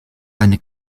eine